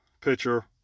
picture